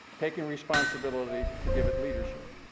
taking responsibility to give it leadership.